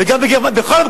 וגם בגרמניה.